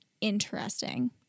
interesting